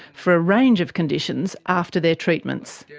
for a range of conditions, after their treatments. yeah